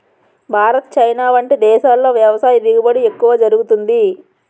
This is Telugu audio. భారత్, చైనా వంటి దేశాల్లో వ్యవసాయ దిగుబడి ఎక్కువ జరుగుతుంది